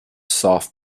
soft